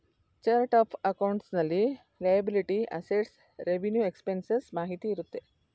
chart of accounts ನಲ್ಲಿ liability, assets, revenue expenses ಮಾಹಿತಿ ಇರುತ್ತೆ